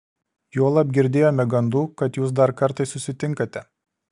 juolab girdėjome gandų kad jūs dar kartais susitinkate